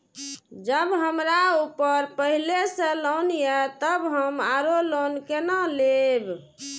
जब हमरा ऊपर पहले से लोन ये तब हम आरो लोन केना लैब?